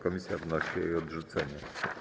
Komisja wnosi o jej odrzucenie.